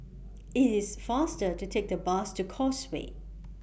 IT IS faster to Take The Bus to Causeway